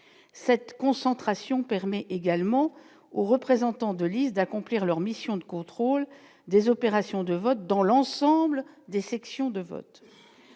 cette concentration permet également aux représentants de lys d'accomplir leur mission de contrôle des opérations de vote dans l'ensemble des sections de vote